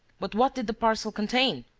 but what did the parcel contain?